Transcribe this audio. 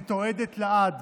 מתועדת לעד,